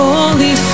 Holy